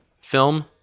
film